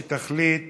שתחליט